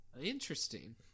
Interesting